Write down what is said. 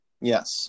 Yes